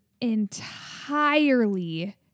entirely